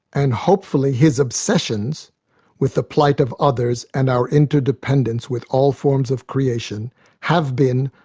and hopefully his obsessions with the plight of others and our interdependence with all forms of creation have been,